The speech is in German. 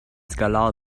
skalar